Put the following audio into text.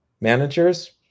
managers